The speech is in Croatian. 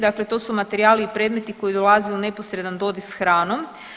Dakle, to su materijali i predmeti koji dolaze u neposredan dodir s hranom.